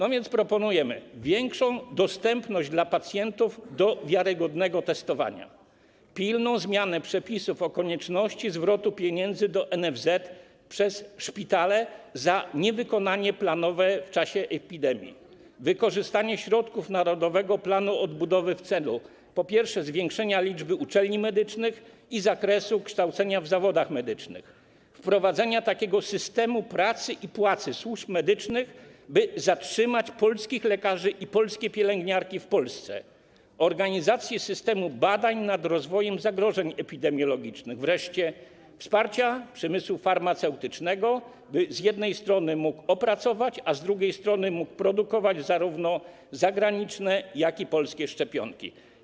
A więc proponujemy: większy dostęp dla pacjentów do wiarygodnego testowania, pilną zmianę przepisów o konieczności zwrotu pieniędzy do NFZ przez szpitale za niewykonanie planowych świadczeń w czasie epidemii, wykorzystanie środków narodowego planu odbudowy w celu, po pierwsze, zwiększenia liczby uczelni medycznych i zakresu kształcenia w zawodach medycznych, wprowadzenia takiego systemu pracy i płacy służb medycznych, by zatrzymać polskich lekarzy i polskie pielęgniarki w Polsce, organizacji systemu badań nad rozwojem zagrożeń epidemiologicznych, wreszcie wsparcia przemysłu farmaceutycznego, by z jednej strony mógł opracować, a z drugiej strony mógł produkować zarówno zagraniczne, jak i polskie szczepionki.